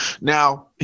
Now